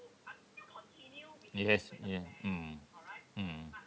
yes yes mm mm